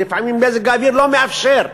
ולפעמים מזג האוויר לא מאפשר.